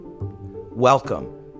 welcome